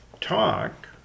talk